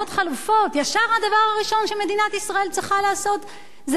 ישר הדבר הראשון שמדינת ישראל צריכה לעשות זה להודיע על הפצצה,